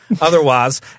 otherwise